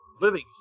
Living